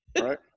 right